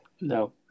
No